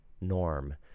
norm